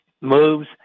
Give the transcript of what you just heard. moves